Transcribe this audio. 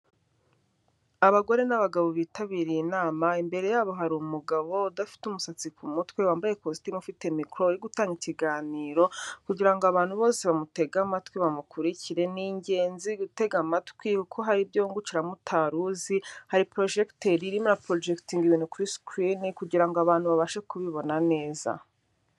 Abagore n' nabagabo bitabiriye inama, imbere yabo hari umugabo udafite umusatsi ku mutwe wambaye ikositimu ufite mikoro, uri gutanga ikiganiro kugirango abantu bose bamutege amatwi bamukurikire, ni ingenzi gutega amatwi kuko hari ibyo wungukiramo utari uzi, hari porojegiteri irimo irapprojegitinga ibintu ibintu kuri sikirini kugirango abantu babashe kubibona neza.